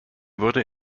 wurde